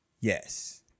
Yes